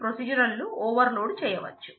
procedure చేయవచ్చు